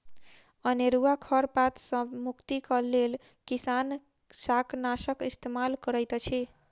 अनेरुआ खर पात सॅ मुक्तिक लेल किसान शाकनाशक इस्तेमाल करैत अछि